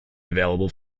available